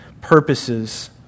purposes